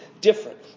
different